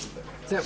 הסיוע.